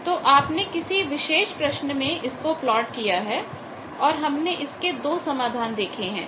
तो आपने किसी विशेष प्रश्न में इसको प्लॉट किया है और हमने इसके दो समाधान देखे हैं